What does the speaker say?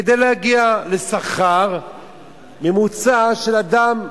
כדי להגיע לשכר ממוצע של אדם,